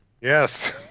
Yes